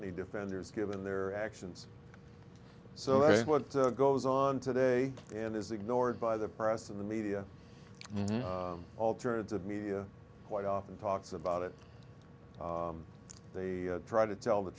any defenders given their actions so what goes on today and is ignored by the press and the media alternative media quite often talks about it they try to tell the